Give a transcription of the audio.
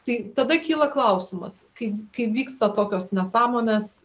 tai tada kyla klausimas kai kai vyksta tokios nesąmonės